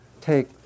take